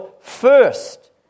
first